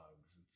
bugs